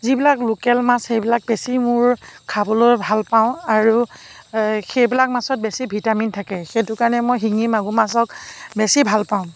যিবিলাক লোকেল মাছ সেইবিলাক বেছি মোৰ খাবলৈ ভাল পাওঁ আৰু সেইবিলাক মাছত বেছি ভিটামিন থাকে সেইটোকাৰণে মই শিঙি মাগুৰ মাছক বেছি ভাল পাওঁ